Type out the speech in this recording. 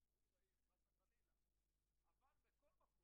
אלי אלאלוף (יו"ר ועדת העבודה,